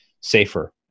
safer